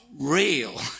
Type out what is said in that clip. real